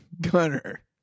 Gunner